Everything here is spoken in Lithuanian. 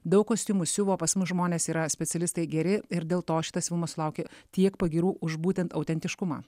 daug kostiumų siuvo pas mus žmonės yra specialistai geri ir dėl to šitas filmas sulaukė tiek pagyrų už būtent autentiškumą